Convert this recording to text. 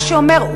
מה שאומר,